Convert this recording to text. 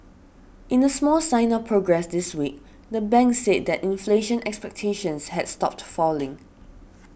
in a small sign of progress this week the bank said that inflation expectations had stopped falling